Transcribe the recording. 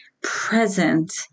present